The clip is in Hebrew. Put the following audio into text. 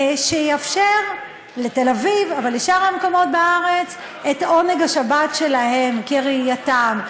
שיאפשר לתל-אביב ולשאר המקומות בארץ את עונג השבת שלהם כראייתם,